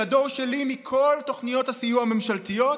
של הדור שלי, מכל תוכניות הסיוע הממשלתיות,